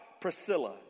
Priscilla